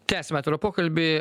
tęsiame atvirą pokalbį